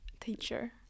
teacher